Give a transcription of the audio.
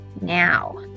now